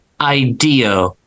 idea